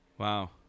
Wow